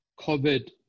COVID